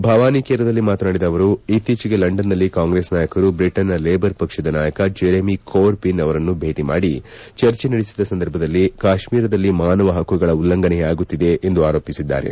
ಭವಾನಿಕೇರದಲ್ಲಿ ಮಾತನಾಡಿದ ಅವರು ಇತ್ತೀಚಿಗೆ ಲಂಡನ್ನಲ್ಲಿ ಕಾಂಗ್ರೆಸ್ ನಾಯಕರು ಬ್ರಿಟನ್ನ ಲೇಬರ್ ಪಕ್ಷದ ನಾಯಕ ಜೆರೇಮಿ ಕೋರ್ಬಿನ್ ಅವರನ್ನು ಭೇಟಿ ಮಾಡಿ ಚರ್ಚೆ ನಡೆಸಿದ ಸಂದರ್ಭದಲ್ಲಿ ಕಾಶ್ಮೀರದಲ್ಲಿ ಮಾನವ ಪಕ್ಕುಗಳ ಉಲ್ಲಂಘನೆಯಾಗುತ್ತಿದೆ ಎಂದು ಆರೋಪಿಸಿದ್ದಾರೆ